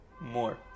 more